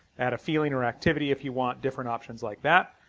add a feeling or activity if you want different options like that.